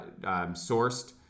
sourced